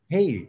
Hey